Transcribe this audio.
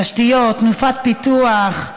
תשתיות, תנופת פיתוח,